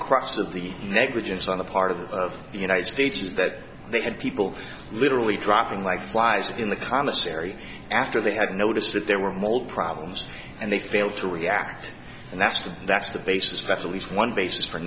the negligence on the part of the of the united states is that they had people literally dropping like flies in the commissary after they had noticed that there were mold problems and they failed to react and that's the that's the basis that's at least one basis for